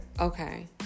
okay